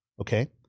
okay